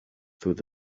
through